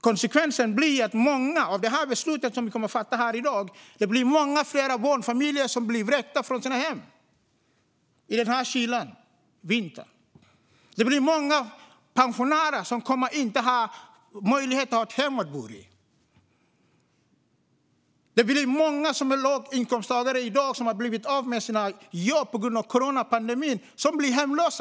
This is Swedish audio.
Konsekvensen av det beslut som vi kommer att fatta här i dag blir att många fler barnfamiljer kommer att bli vräkta från sitt hem i denna kyla, under vintern. Det är många pensionärer som inte kommer att ha möjlighet att ha ett hem att bo i. Det finns många låginkomsttagare i dag som har blivit av med jobbet på grund av coronapandemin och som blir hemlösa.